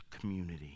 community